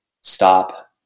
stop